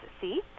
see